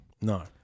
no